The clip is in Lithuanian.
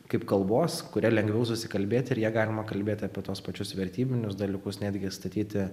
kaip kalbos kuria lengviau susikalbėti ir ja galima kalbėti apie tuos pačius vertybinius dalykus netgi statyti